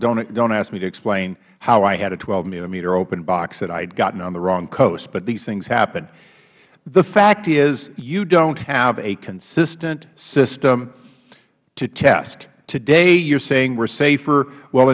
don't ask me to explain how i had a twelve millimeter open box that i had gotten on the wrong coast but these things happen the fact is you don't have a consistent system to test today you are saying we are safer w